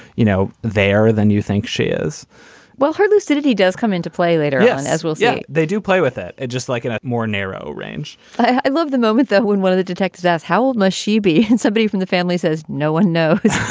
you know, there than you think she is well, her lucidity does come into play later on yeah and as well. yeah, they do play with it. it just like in more narrow range i love the moment, though, when one of the detectives asks, how old must she be? and somebody from the family says, no one knows